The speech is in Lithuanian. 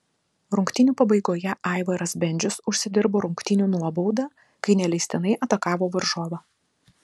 rungtynių pabaigoje aivaras bendžius užsidirbo rungtynių nuobaudą kai neleistinai atakavo varžovą